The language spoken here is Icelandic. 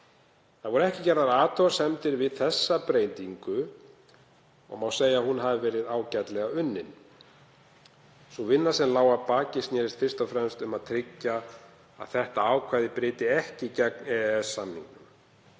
Ekki voru gerðar athugasemdir við þá breytingu og má segja að hún hafi verið ágætlega unnin. Sú vinna sem lá að baki snerist fyrst og fremst um að tryggja að þetta ákvæði bryti ekki gegn EES-samningnum.